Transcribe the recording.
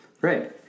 Great